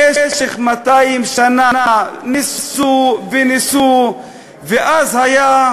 במשך 200 שנה ניסו וניסו, ואז היה